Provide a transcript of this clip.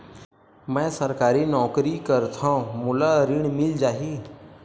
मै सरकारी नौकरी करथव मोला ऋण मिल जाही?